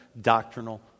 doctrinal